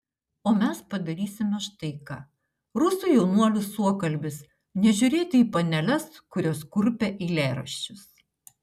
o mes padarysime štai ką rusų jaunuolių suokalbis nežiūrėti į paneles kurios kurpia eilėraščius